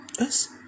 Yes